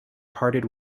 parted